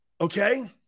Okay